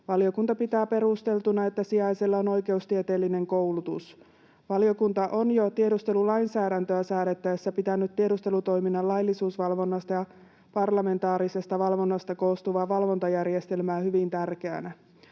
Valiokunta pitää perusteltuna, että sijaisella on oikeustieteellinen koulutus. Valiokunta on jo tiedustelulainsäädäntöä säädettäessä pitänyt tiedustelutoiminnan laillisuusvalvonnasta ja parlamentaarisesta valvonnasta koostuvaa valvontajärjestelmää hyvin tärkeänä.